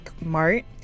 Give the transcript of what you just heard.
Mart